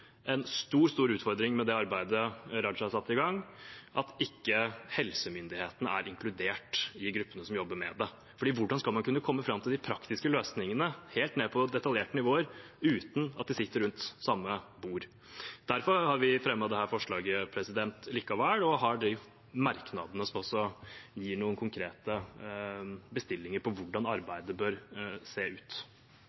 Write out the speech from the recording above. en stor utfordring med det arbeidet Raja har satt i gang, at ikke helsemyndighetene er inkludert i gruppene som jobber med det, for hvordan skal man kunne komme fram til de praktiske løsningene, helt ned på detaljnivå, uten at de sitter rundt samme bord? Derfor har vi fremmet dette forslaget likevel og har de merknadene som også gir noen konkrete bestillinger på hvordan